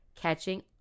catching